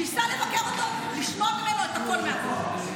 שייסע לבקר אותו, לשמוע ממנו את הכול מהכול.